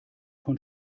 von